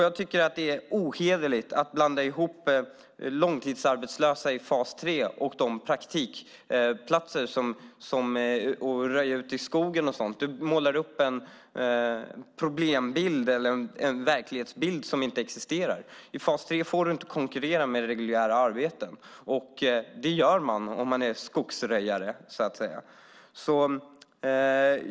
Jag tycker att det är ohederligt att blanda ihop långtidsarbetslösa i fas 3 och de praktikplatser som handlar om att röja ute i skogen och sådant. Du målar upp en problembild eller en verklighetsbild som inte existerar. I fas 3 får du inte konkurrera med reguljära arbeten, och det gör man om man är skogsröjare, så att säga.